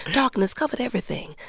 darkness covered everything,